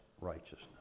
righteousness